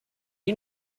you